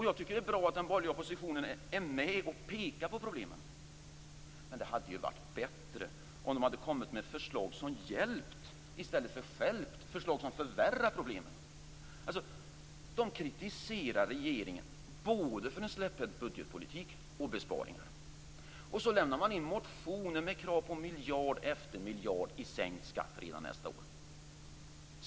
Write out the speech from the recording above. Jag tycker att det är bra att den borgerliga oppositionen är med och pekar på problemen, men det hade varit bättre om den hade kommit med förslag som hjälpt i stället för stjälpt - förslag som förvärrar problemen. De kritiserar regeringen både för en släpphänt budgetpolitik och för besparingarna. Så lämnar man in motioner med krav på miljard efter miljard i sänkt skatt redan nästa år.